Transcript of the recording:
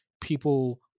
people